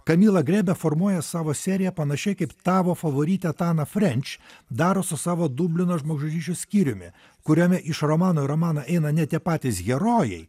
camilla grebe formuoja savo seriją panašiai kaip tavo favoritė tana french daro su savo dublino žmogžudysčių skyriumi kuriame iš romano į romaną eina ne tie patys herojai